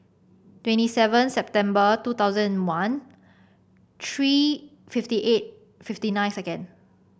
twenty seven September two thousand and one three fifty eight fifty nine second